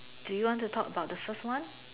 do you want to talk about the first one